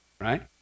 right